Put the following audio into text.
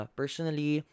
personally